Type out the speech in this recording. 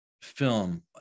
film